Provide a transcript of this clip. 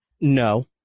No